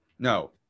No